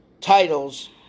titles